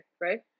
right